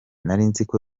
narinziko